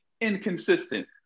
inconsistent